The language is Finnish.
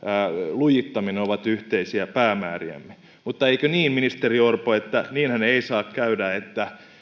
lujittaminen ovat yhteisiä päämääriämme mutta eikö niin ministeri orpo että niinhän ei saa käydä että